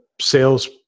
sales